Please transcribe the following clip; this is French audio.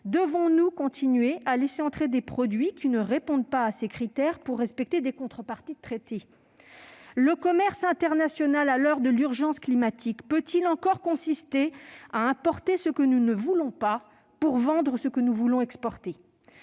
devons-nous continuer à laisser entrer des produits qui ne répondent pas à ces critères pour respecter les contreparties de traités ? Très bonne question ! À l'heure de l'urgence climatique, le commerce international peut-il encore consister à importer ce que nous ne voulons pas pour vendre ce que nous voulons exporter ?